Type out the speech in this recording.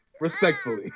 Respectfully